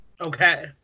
Okay